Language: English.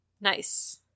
Nice